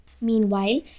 Meanwhile